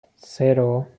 cero